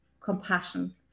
compassion